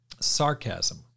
sarcasm